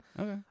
okay